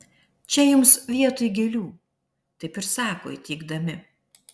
čia jums vietoj gėlių taip ir sako įteikdami